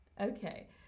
Okay